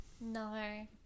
No